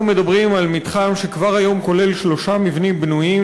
אנחנו מדברים על מתחם שכבר היום כולל שלושה מבנים בנויים,